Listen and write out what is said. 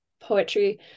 poetry